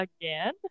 again